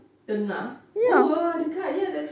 tengah oh ah dekat ya that's true